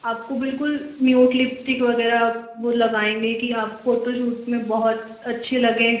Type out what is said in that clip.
आपको बिल्कुल mute lipstick वगैरह वो लगाएँगे कि आप फोटोशूट में बहुत अच्छी लगें